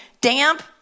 damp